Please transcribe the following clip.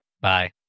Bye